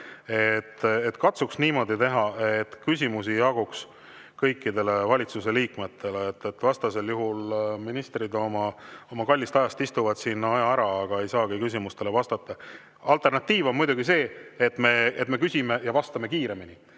et katsuks niimoodi teha, et küsimusi jaguks kõikidele valitsuse liikmetele. Vastasel juhul ministrid oma kallist ajast istuvad siin aja ära, aga ei saagi küsimustele vastata. Alternatiiv on muidugi see, et me küsime ja vastame kiiremini.